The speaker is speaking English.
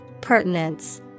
Pertinence